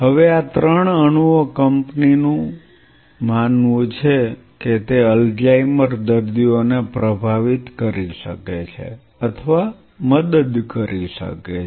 હવે આ ત્રણ અણુઓ કંપનીનું માનવું છે કે તે અલ્ઝાઇમર દર્દીઓને પ્રભાવિત કરી શકે છે અથવા મદદ કરી શકે છે